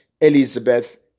Elizabeth